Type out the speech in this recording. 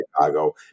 Chicago